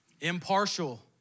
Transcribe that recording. Impartial